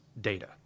data